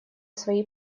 свои